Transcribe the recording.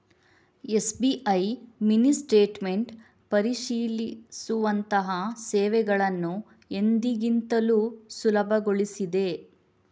SBI mini statement ಪರಿಶೀಲಿಸುವಂತಹ ಸೇವೆಗಳನ್ನು ಎಂದಿಗಿಂತಲೂ ಸುಲಭಗೊಳಿಸಿದೆ